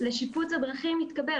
לשיפוץ הדרכים התקבל.